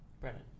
Brennan